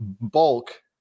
bulk